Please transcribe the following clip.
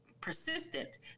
persistent